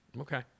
Okay